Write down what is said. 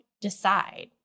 decide